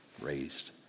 raised